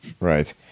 Right